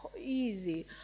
easy